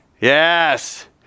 Yes